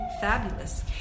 fabulous